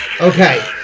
Okay